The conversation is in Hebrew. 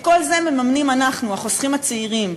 ואת כל זה מממנים אנחנו, החוסכים הצעירים.